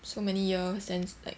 so many years then like